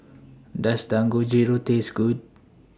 Does Dangojiru Taste Good